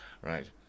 right